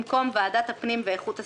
במקום "ועדת הפנים ואיכות הסביבה,